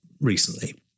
recently